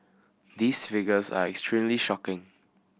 these figures are extremely shocking